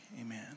amen